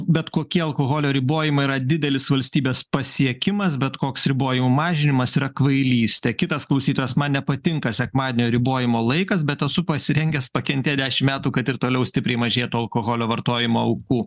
bet kokie alkoholio ribojimai yra didelis valstybės pasiekimas bet koks ribojimų mažinimas yra kvailystė kitas klausytojas man nepatinka sekmadienio ribojimo laikas bet esu pasirengęs pakentėt dešimt metų kad ir toliau stipriai mažėtų alkoholio vartojimo aukų